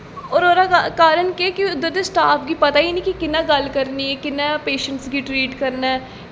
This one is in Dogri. होर ओह्दा कारण केह् कि उद्धर दे स्टॉफ गी पता गै निं कि कि'यां गल्ल करनी ऐ कि'यां पेशैंटस गी ट्रीट करना ऐ